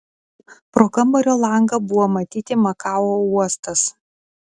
pro kambario langą buvo matyti makao uostas